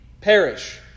perish